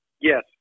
Yes